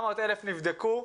400,000 נבדקו,